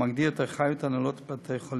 המגדיר את אחריות הנהלות בתי-חולים: